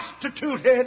prostituted